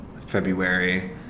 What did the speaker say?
February